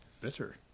bitter